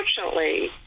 unfortunately